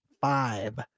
five